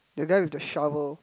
the guy with the shovel